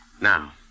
Now